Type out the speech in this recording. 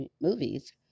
movies